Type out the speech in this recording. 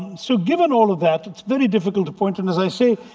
so given all of that, it's very difficult to point. and, as i say,